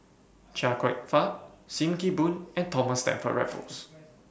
Chia Kwek Fah SIM Kee Boon and Thomas Stamford Raffles